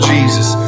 Jesus